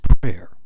prayer